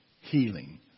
healing